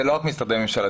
זה לא רק משרדי הממשלה,